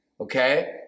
okay